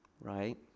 Right